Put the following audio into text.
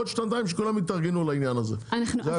בעוד שנתיים שכולם יתארגנו לעניין הזה, זה הכול.